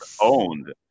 owned